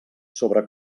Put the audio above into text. sobre